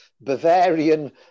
Bavarian